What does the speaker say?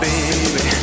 Baby